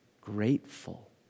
grateful